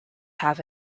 have